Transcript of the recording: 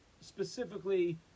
specifically